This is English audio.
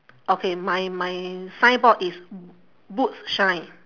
okay my my signboard is boots shine